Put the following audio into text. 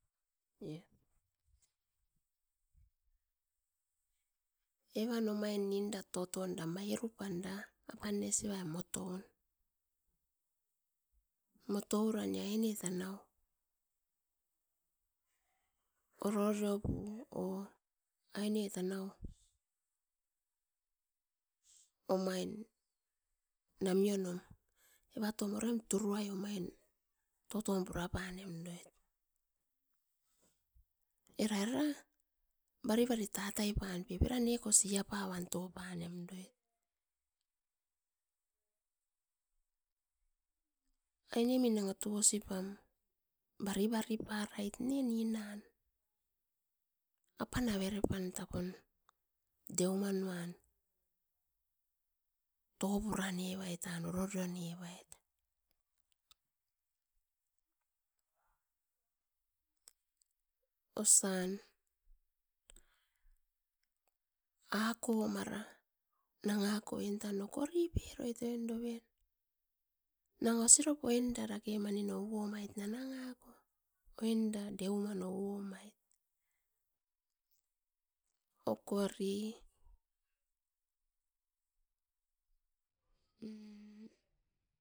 Evan ninda omain toton damairupan da apan nesivai moton, motoura nia aine tanau ororiopun or aine tanau omain namionom evato uruain turuain omain toton puraparem doit. Era era, baribari tatai pam pep neko siapam topainemdoit. Ainemi nanga tosipam baribariparait ne ninan apan averepan tapun deumanuan topunarevaitaitan ororionevait osian ako mara nangakoitan okoriperoit oin doven nanga osiroit ouoim doit nangako oinda deumanu ouomdoit okori, mm.